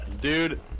Dude